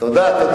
תודה.